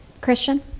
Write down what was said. Christian